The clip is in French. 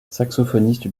saxophoniste